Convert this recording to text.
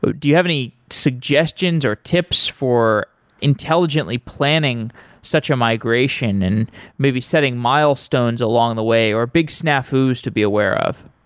but do you have any suggestions or tips for intelligently planning such a migration and maybe setting milestones along the way or big snafus to be aware of?